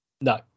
no